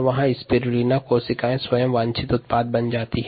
यहाँ स्पिरुलिना की कोशिका स्वयं वांछित उत्पाद हैं